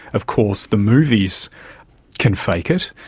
of course, the movies can fake it,